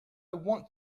want